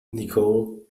nicole